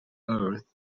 earth